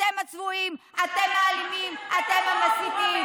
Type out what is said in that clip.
אתם הצבועים, אתם האלימים, אתם המסיתים.